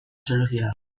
soluzioa